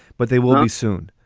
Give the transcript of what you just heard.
but they will be soon.